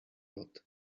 lot